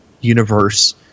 universe